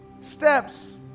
Steps